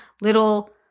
little